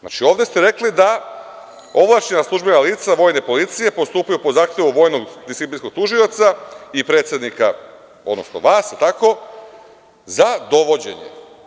Znači, ovde ste rekli da ovlašćena službena lica Vojne policije postupaju po zahtevu vojnog disciplinskog tužioca i predsednika, odnosno vas, za dovođenje.